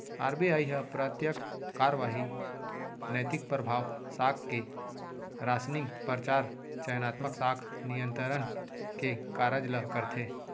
RBI ह प्रत्यक्छ कारवाही, नैतिक परभाव, साख के रासनिंग, परचार, चयनात्मक साख नियंत्रन के कारज ल करथे